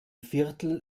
viertel